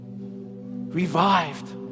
revived